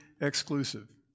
exclusive